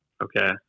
Okay